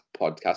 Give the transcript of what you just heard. Podcast